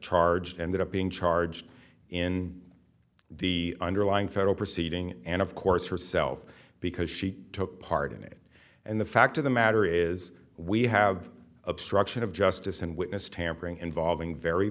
charged ended up being charged in the underlying federal proceeding and of course herself because she took part in it and the fact of the matter is we have obstruction of justice and witness tampering involving very